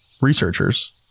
researchers